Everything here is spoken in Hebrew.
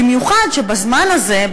במיוחד שבזמן הזה,